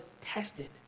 tested